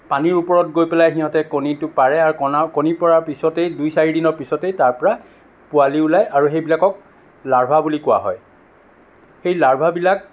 পানীৰ ওপৰত গৈ পেলাই সিহঁতে কণীটো পাৰে আৰু কণাৰ কণী পৰাৰ পিছতেই দুই চাৰি দিনৰ পিছতেই তাৰ পৰা পোৱালী ওলায় আৰু সেইবিলাকক লাৰ্ভা বুলি কোৱা হয় সেই লাৰ্ভাবিলাক